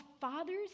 father's